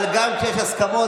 אבל גם כשיש הסכמות,